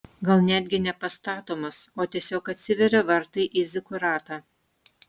gal netgi ne pastatomas o tiesiog atsiveria vartai į zikuratą